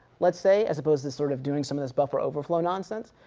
let's say, as opposed to sort of doing some of this buffer overflow nonsense.